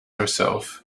herself